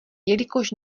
jelikož